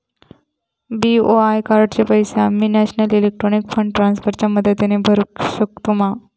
BOI कार्डाचे पैसे आम्ही नेशनल इलेक्ट्रॉनिक फंड ट्रान्स्फर च्या मदतीने भरुक शकतू मा?